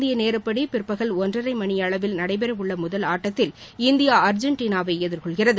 இந்திய நேரப்படி பிற்பகல் ஒன்றரை மணியளவில் நடைபெற உள்ள முதல் ஆட்டத்தில் இந்தியா அர்ஜென்டினாவை எதிர்கொள்கிறது